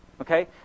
Okay